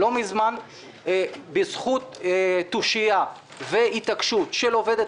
לא מזמן בזכות תושייה והתעקשות של עובדת